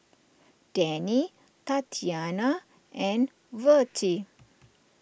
Denny Tatyanna and Vertie